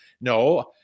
No